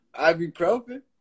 Ibuprofen